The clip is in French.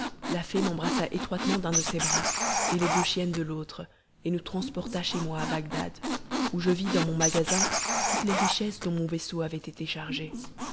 la fée m'embrassa étroitement d'un de ses bras et les deux chiennes de l'autre et nous transporta chez moi à bagdad où je vis dans mon magasin toutes les richesses dont mon vaisseau avait été chargé